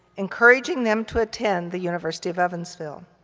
encouraging them to attend the university of evansville.